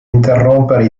interrompere